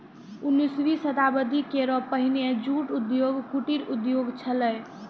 उन्नीसवीं शताब्दी केरो पहिने जूट उद्योग कुटीर उद्योग छेलय